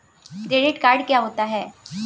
Credit card क्या होता है?